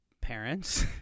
parents